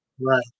Right